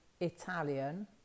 Italian